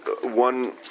one